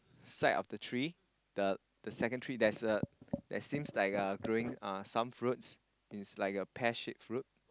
side of the tree the the second tree there's a there seems like uh growing uh some fruits it's like a pear shaped fruit